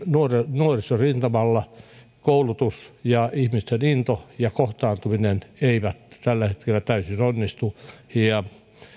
nuorisorintamalla koulutus ja ihmisten into ja kohtaantuminen eivät tällä hetkellä täysin onnistu ja